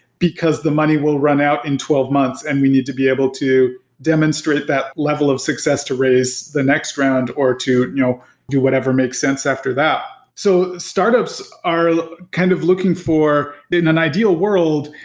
because the money money will run out in twelve months and we need to be able to demonstrate that level of success to raise the next round or to you know do whatever makes sense after that. so, startups are kind of looking for in an ideal world,